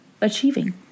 achieving